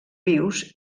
vius